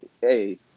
Hey